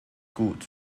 gut